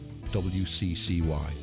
WCCY